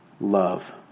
love